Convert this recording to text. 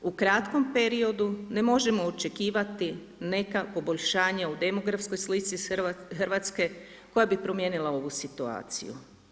U kratkom periodu ne možemo očekivati neka poboljšanja o demografskoj slici Hrvatske, koja bi promijenila ovu situaciju.